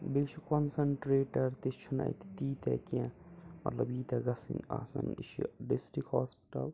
بیٚیہِ چھُ کَنسنٹرٛیٹر تہِ چھِنہٕ اَتہِ تیٖتیٛاہ کیٚنٛہہ مطلب ییٖتیٛاہ گَژھیٚن آسٕنۍ یہِ چھُ ڈِسٹِرٛکٹ ہاسپِٹَل